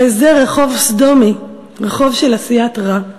הרי זה רחוב סדומי, רחוב של עשיית רע.